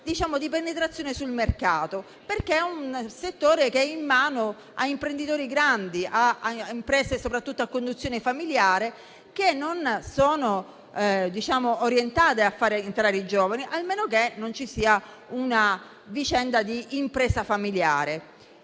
di penetrazione sul mercato perché è un settore che è in mano a imprenditori grandi, a imprese soprattutto a conduzione familiare, che non sono orientate a fare entrare i giovani, a meno che non ci sia una vicenda di impresa familiare.